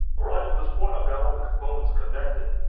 right at this point i've got all the components connected.